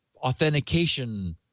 Authentication